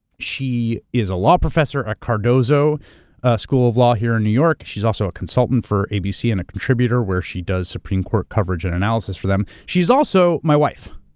she is a law professor at cardozo school of law here in new york, she's also a consultant for abc and a contributor where she does supreme court coverage and analysis for them. she's also my wife.